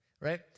right